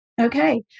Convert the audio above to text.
Okay